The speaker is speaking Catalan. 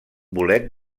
bolet